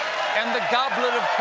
and the goblet of